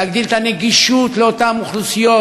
להגדיל את הנגישות לאותן אוכלוסיות,